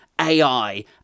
AI